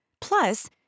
Plus